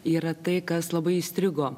yra tai kas labai įstrigo